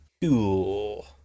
Cool